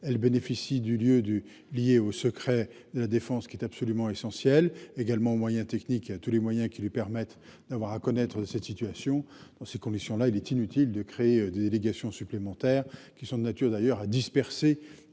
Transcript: Elle bénéficie du lieu du liée au secret de la défense qui est absolument essentiel également aux moyens techniques a tous les moyens qui lui permettent d'avoir à connaître cette situation, dans ces conditions là il est inutile de créer des délégations supplémentaires qui sont de nature d'ailleurs à disperser.